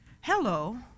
Hello